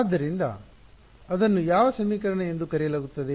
ಆದ್ದರಿಂದ ಅದನ್ನು ಯಾವ ಸಮೀಕರಣ ಎಂದೂ ಕರೆಯಲಾಗುತ್ತದೆ